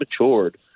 matured